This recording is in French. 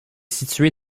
située